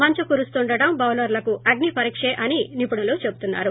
మంచు కురుస్తుండడం బౌలర్లకు అగ్నిపరిక్షే అని నిపుణులు చెబుతున్నారు